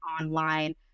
online